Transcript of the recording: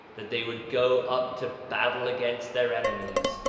that they would go up to battle against their enemies,